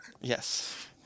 Yes